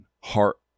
heart